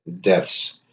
deaths